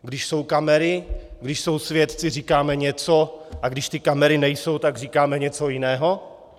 Když jsou kamery, když jsou svědci, říkáme něco, a když ty kamery nejsou, tak říkáme něco jiného?